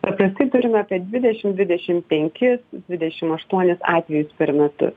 paprastai turime apie dvidešim dvidešim penkis dvidešim aštuonis atvejus per metus